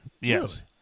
Yes